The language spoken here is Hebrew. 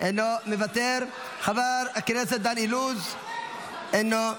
מוותר; חבר הכנסת דן אילוז, אינו נוכח,